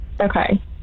Okay